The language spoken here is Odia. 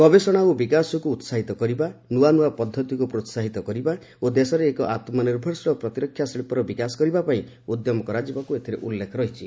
ଗବେଷଣା ଓ ବିକାଶକୁ ଉତ୍କାହିତ କରିବା ନ୍ତଆ ନୂଆ ପଦ୍ଧତିକୁ ପ୍ରୋହାହିତ କରିବା ଓ ଦେଶରେ ଏକ ଆତ୍ମନିର୍ଭରଶୀଳ ପ୍ରତିରକ୍ଷା ଶିଳ୍ପର ବିକାଶ କରିବା ପାଇଁ ଉଦ୍ୟମ କରାଯିବାକୁ ଏଥିରେ ଉଲ୍ଲେଖ ରହିଛି